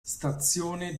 stazione